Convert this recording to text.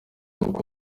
uko